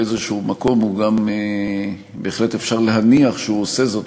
באיזה מקום בהחלט אפשר להניח שהוא עושה זאת